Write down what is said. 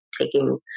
taking